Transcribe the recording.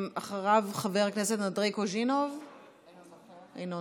אחריו, חבר הכנסת אדרי קוז'ינוב, אינו נוכח,